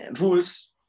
rules